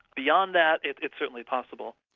beyond that, it's certainly possible.